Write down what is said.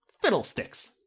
Fiddlesticks